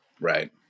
Right